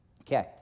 Okay